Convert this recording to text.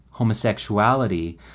Homosexuality